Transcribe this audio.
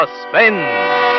suspense